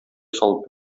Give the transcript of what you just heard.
салып